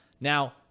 Now